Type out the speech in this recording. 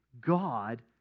God